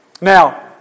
Now